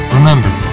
Remember